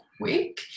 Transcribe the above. quick